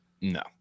No